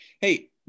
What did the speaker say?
hey